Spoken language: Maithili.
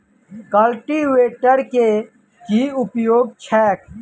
कल्टीवेटर केँ की उपयोग छैक?